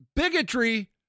Bigotry